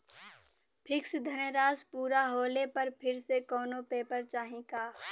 Fix धनराशी पूरा होले पर फिर से कौनो पेपर चाही का?